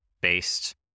based